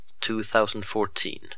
2014